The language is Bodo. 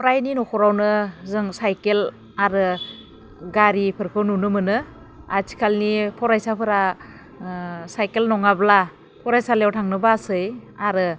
फ्रायनि न'खरावनो जों सायखेल आरो गारिफोरखौ नुनो मोनो आथिखालनि फरायसाफोरा सायखेल नङाब्ला फरायसालियाव थांनो बासै आरो